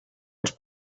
als